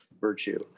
virtue